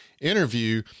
interview